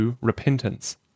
Repentance